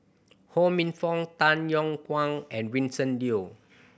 Ho Minfong Tan Yong Kwang and Vincent Leow